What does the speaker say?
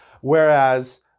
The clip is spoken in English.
whereas